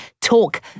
talk